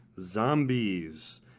zombies